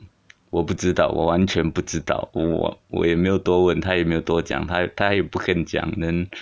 我不知道我完全不知道我我也没有多问她也没有多讲她她也不肯讲 then